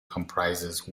comprises